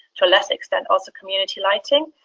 to a lesser extent also community lighting,